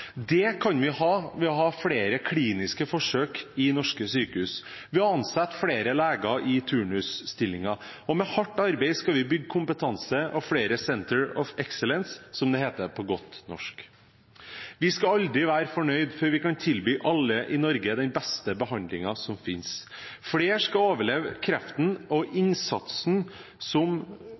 Det kan vi ved å ha flere kliniske forsøk i norske sykehus, ved å ansette flere leger i turnusstillinger. Med hardt arbeid skal vi bygge kompetanse og flere Center of excellence, som det heter på godt norsk. Vi skal aldri være fornøyd før vi kan tilby alle i Norge den beste behandlingen som finnes. Flere skal overleve kreft, og innsatsen som